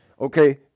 Okay